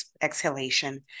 exhalation